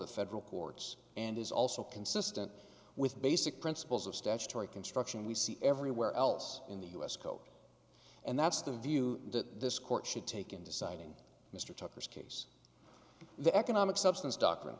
the federal courts and is also consistent with basic principles of statutory construction we see everywhere else in the us code and that's the view that this court should take in deciding mr tucker's case the economic substance doctrine